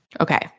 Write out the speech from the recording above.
Okay